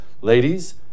Ladies